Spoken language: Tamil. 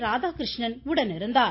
ராதாகிருஷ்ணன் உடனிருந்தார்